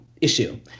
issue